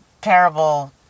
parable